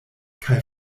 kaj